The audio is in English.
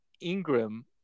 Ingram